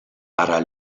para